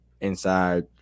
inside